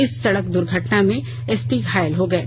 इस सड़क दुर्घटना में एसपी घायल हो गये